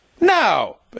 No